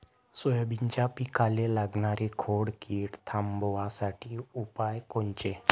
सोयाबीनच्या पिकाले लागनारी खोड किड थांबवासाठी उपाय कोनचे?